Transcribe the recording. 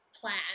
plan